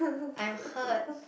I'm hurt